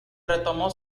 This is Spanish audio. retomó